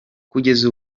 kugeza